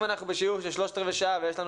אם אנחנו בשיעור של שלושת רבעי שעה ויש לנו